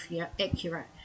accurate